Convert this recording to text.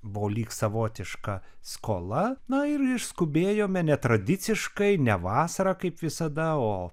buvo lyg savotiška skola na ir išskubėjome netradiciškai ne vasarą kaip visada o pavasarį